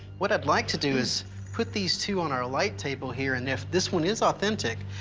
what i'd like to do is put these two on our light table here. and if this one is authentic,